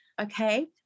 okay